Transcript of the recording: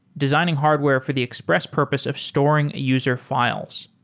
designing hardware for the express purpose of storing user files.